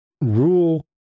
rule